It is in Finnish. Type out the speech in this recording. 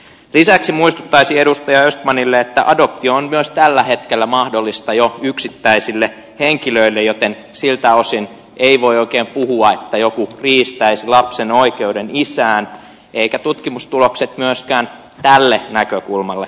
lisäksi muistuttaisin edustaja östmanille että adoptio on myös tällä hetkellä mahdollista jo yksittäisille henkilöille joten siltä osin ei voi oikein puhua että joku riistäisi lapsen oikeuden isään eivätkä tutkimustulokset myöskään tälle näkökulmalle anna perusteita